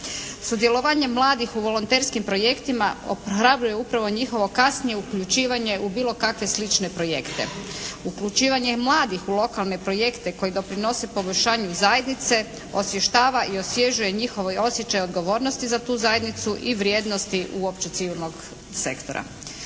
Sudjelovanje mladih u volonterskim projektima ohrabruju upravo njihovo kasnije uključivanje u bilo kakve slične projekte. Uključivanje mladih u lokalne projekte koji doprinose poboljšanju zajednice osvještava i osvježuje njihov osjećaj odgovornosti za tu zajednicu i vrijednosti uopće civilnog sektora.